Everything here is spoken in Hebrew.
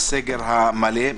הסגר המלא.